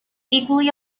equally